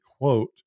quote